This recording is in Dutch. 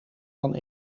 dan